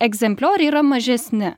egzemplioriai yra mažesni